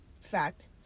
Fact